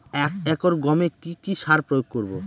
এক একর গমে কি কী সার প্রয়োগ করব?